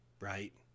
Right